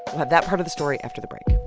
have that part of the story after the break